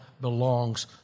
belongs